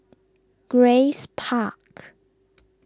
Grace Park